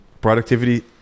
productivity